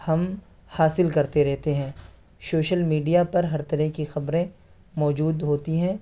ہم حاصل کرتے رہتے ہیں سوشل میڈیا پر ہر طرح کی خبریں موجود ہوتی ہیں